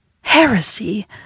Heresy